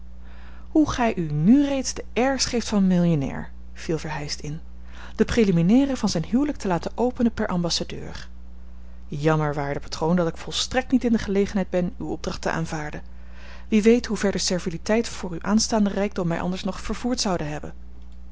hoe gij u nu reeds de airs geeft van een millionair viel verheyst in de preliminairen van zijn huwelijk te laten openen per ambassadeur jammer waarde patroon dat ik volstrekt niet in de gelegenheid ben uwe opdracht te aanvaarden wie weet hoe ver de serviliteit voor uw aanstaanden rijkdom mij anders nog vervoerd zoude hebben